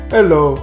Hello